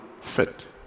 fit